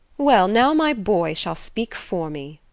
well! now my boy shall speak for me.